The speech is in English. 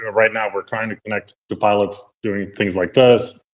ah right now, we're trying to connect to pilots doing things like this,